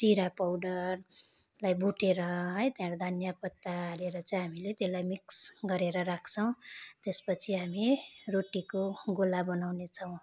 जिरा पाउडरलाई भुटेर है त्यहाँबाट धनियाँ पत्ता हालेर चाहिँ हामीले त्यसलाई मिक्स गरेर राख्छौँ त्यसपछि हामी रोटीको गोला बनाउने छौँ